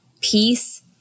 peace